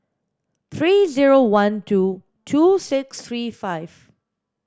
three zero one two two six three five